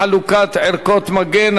חלוקת ערכות מגן),